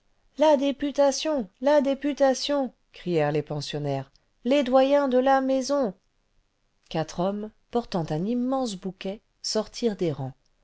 la députation la députation crièrent les pensionnaires les doyens de la maison quatre hommes portant un immense bouquet sortirent des rangs